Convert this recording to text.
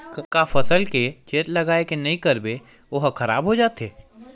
का फसल के चेत लगय के नहीं करबे ओहा खराब हो जाथे?